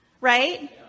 right